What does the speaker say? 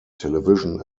television